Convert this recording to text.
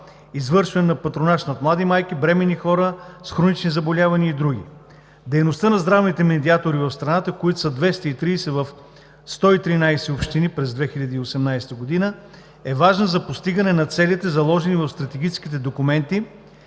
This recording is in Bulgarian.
извършване на патронаж над млади майки, бременни, хора с хронични заболявания и други. Дейността на здравните медиатори в страната, които са 230 в 113 общини през 2018 г., е важна за постигане на целите, заложени в стратегическите документи